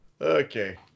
Okay